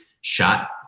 shot